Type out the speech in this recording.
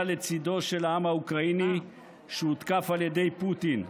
לצידו של העם האוקראיני שהותקף על ידי פוטין.